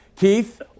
Keith